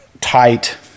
tight